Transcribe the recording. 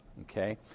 Okay